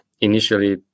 initially